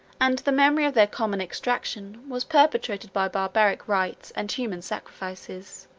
and the memory of their common extraction was perpetrated by barbaric rites and human sacrifices.